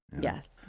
Yes